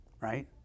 right